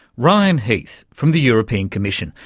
ryan heath from the european commission,